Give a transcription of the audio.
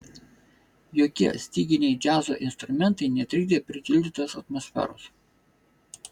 jokie styginiai džiazo instrumentai netrikdė pritildytos atmosferos